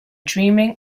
dreaming